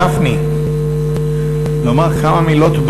הכנסת גפני מאגודת ישראל מברך אותך.